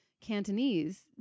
Cantonese